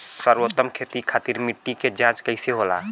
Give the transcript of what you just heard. सर्वोत्तम खेती खातिर मिट्टी के जाँच कइसे होला?